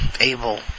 able